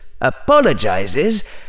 apologizes